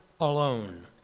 alone